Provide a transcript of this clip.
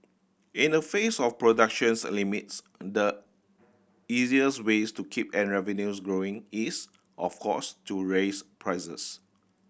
in the face of productions limits the easiest ways to keep revenues growing is of course to raise prices